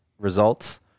results